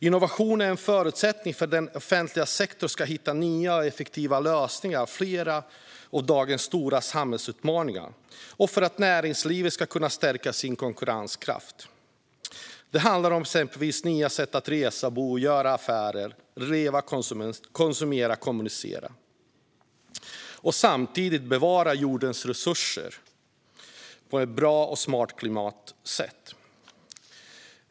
Innovation är en förutsättning för att den offentliga sektorn ska hitta nya och effektiva lösningar på flera av dagens stora samhällsutmaningar och för att näringslivet ska kunna stärka sin konkurrenskraft. Det handlar exempelvis om nya sätt att resa, bo, göra affärer, leva, konsumera och kommunicera och samtidigt bevara jordens resurser på ett bra och klimatsmart sätt.